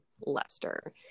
Lester